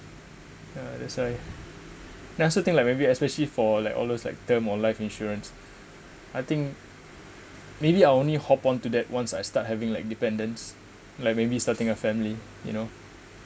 ya that's why that's the thing like maybe especially for like all those like term or life insurance I think maybe I'll only hop onto that once I start having like dependence like maybe starting a family you know